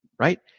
right